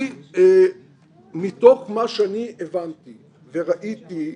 מתוך מה שאני הבנתי וראיתי,